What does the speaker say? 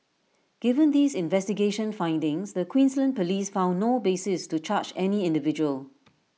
given these investigation findings the Queensland Police found no basis to charge any individual